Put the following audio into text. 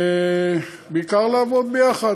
ובעיקר, לעבוד ביחד.